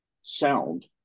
sound